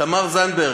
תמר זנדברג,